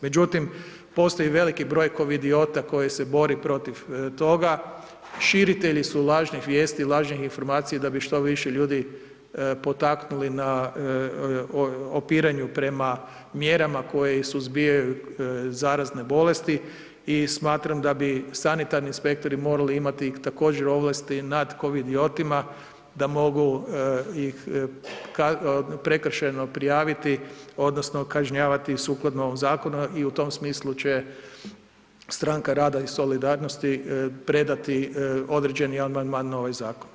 Međutim, postoji veliki broj kovidiota koji se bore protiv toga, širitelji su lažnih vijesti i lažnih informacija da bi što više ljudi potaknuli na opiranju prema mjerama koje suzbijaju zarazne bolesti i smatram da bi sanitarni inspektori morali imati također, ovlasti nad kovidiotima da mogu ih prekršajno prijaviti, odnosno kažnjavati sukladno zakonu i u tom smislu će Stranka rada i solidarnosti predati određeni amandman na ovaj zakon.